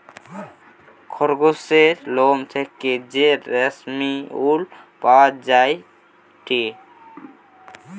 খরগোসের লোম থেকে যে রেশমি উল পাওয়া যায়টে